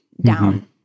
down